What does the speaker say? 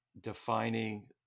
defining